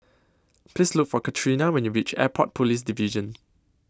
Please Look For Katrina when YOU REACH Airport Police Division